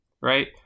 right